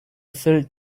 filled